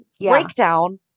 breakdown